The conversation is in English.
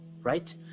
right